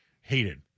hated